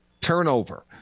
turnover